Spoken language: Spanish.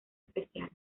especial